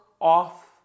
off